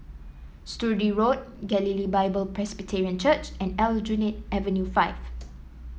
Sturdee Road Galilee Bible Presbyterian Church and Aljunied Avenue Five